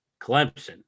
Clemson